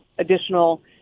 Additional